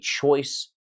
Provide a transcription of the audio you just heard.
choice